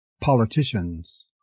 politicians